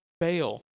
fail